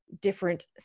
different